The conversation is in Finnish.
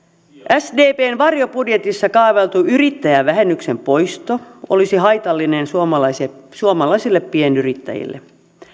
sdpn varjobudjetissa kaavailtu yrittäjävähennyksen poisto olisi haitallinen suomalaisille pienyrittäjille